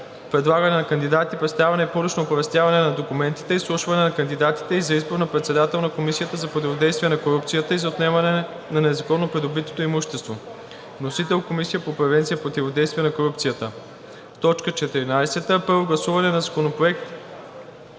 предлагане на кандидати, представяне и публично оповестяване на документите, изслушване на кандидатите и за избор на председател на Комисията за противодействие на корупцията и за отнемане на незаконно придобитото имущество. Вносител: Комисия по превенция и противодействие на корупцията. 14. Първо гласуване на Законопроекта